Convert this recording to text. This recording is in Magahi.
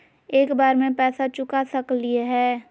एक बार में पैसा चुका सकालिए है?